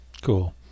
Cool